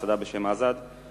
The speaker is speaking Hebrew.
מסעדה בשם Azad.